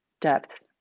depth